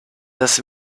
das